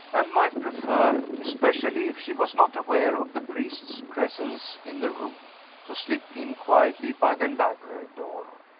and might prefer especially if she was not aware of the priest's presence in the room to slip in quietly by the library door.